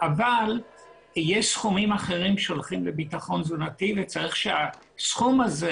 אבל יש סכומים אחרים שהולכים לביטחון תזונתי וצריך שהסכום הזה